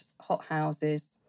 hothouses